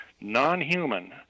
non-human